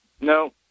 No